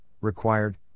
required